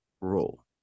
role